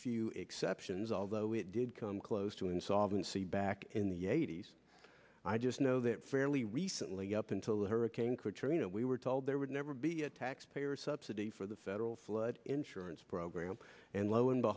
few exceptions although it did come close to insolvency back in the eighties i just know that fairly recently up until hurricane katrina we were told there would never be a taxpayer subsidy for the federal flood insurance program and lo